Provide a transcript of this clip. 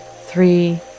three